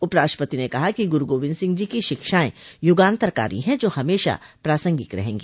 उपराष्ट्रपति ने कहा कि गुरु गोबिन्द सिंह की शिक्षाएं युगांतरकारी हैं जो हमेशा प्रासंगिक रहेंगी